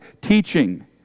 teaching